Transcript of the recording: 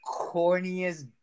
corniest